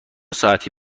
ساعتی